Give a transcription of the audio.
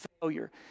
Failure